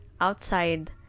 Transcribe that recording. outside